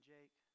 Jake